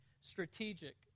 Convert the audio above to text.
strategic